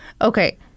Okay